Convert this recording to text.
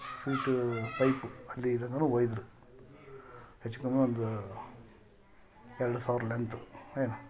feet pipe ಅಲ್ಲಿ ತನಕನು ಒಯ್ದರು ಹೆಚ್ಚು ಕಮ್ಮಿ ಒಂದು ಎರಡು ಸಾವಿರ ಲೆಂತು ಏನು